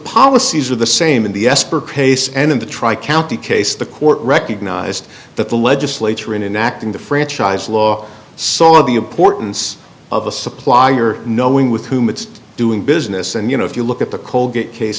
policies are the same in the esper case and in the tri county case the court recognized that the legislature in an act in the franchise law saw the importance of the supplier knowing with whom it's doing business and you know if you look at the colgate case